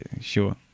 sure